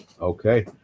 Okay